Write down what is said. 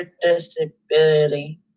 disability